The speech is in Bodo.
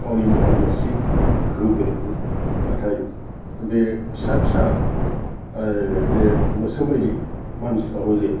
गावनि महर मुस्रि गोहो बोलोखौ नाथाय बे फिसा फिसा जे मोस्रोम बायदि मानसिफोराबो जे